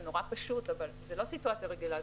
זה נורא פשוט אבל זה לא סיטואציה רגילה.